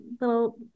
little